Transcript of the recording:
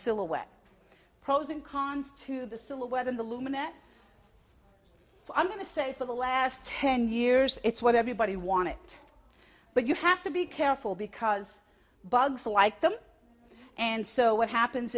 silhouette pros and cons to the silhouette in the luminaire i'm going to say for the last ten years it's what everybody wanted it but you have to be careful because bugs like them and so what happens